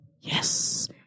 Yes